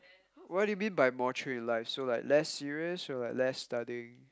what do you mean by more true in life so like less serious or less studying